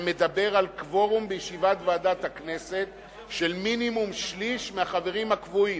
שמדבר על קוורום בישיבת ועדת הכנסת של מינימום שליש מהחברים הקבועים,